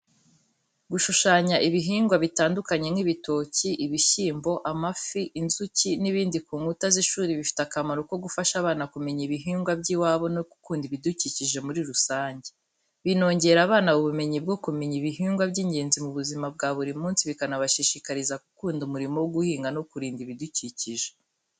Gushushanya ibihingwa bitandukanye nk'ibitoki, ibishyimbo, amafi, inzuki n'ibindi ku nkuta z’ishuri bifite akamaro ko gufasha abana kumenya ibihingwa by’iwabo no gukunda ibidukikije muri rusange. Binongera abana ubumenyi bwo kumenya ibihingwa by’ingenzi mu buzima bwa buri munsi, bikanabashishikariza gukunda umurimo wo guhinga no kurinda ibidukikije.